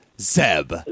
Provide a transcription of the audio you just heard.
Zeb